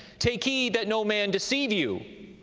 take heed that no man deceive you.